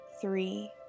Three